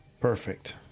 Perfect